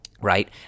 Right